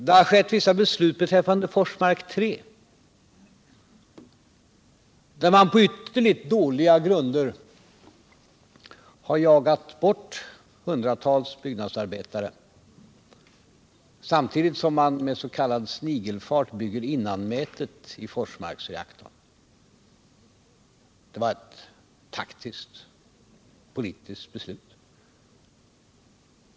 Det har fattats vissa beslut beträffande Forsmark 3, där man på ytterligt dåliga grunder har jagat bort hundratals byggnadsarbetare, samtidigt som man med s.k. snigelfart bygger innanmätet i Forsmarksreaktorn. Det var ett taktiskt, politiskt beslut.